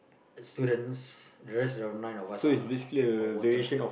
students the rest of the nine of us are are water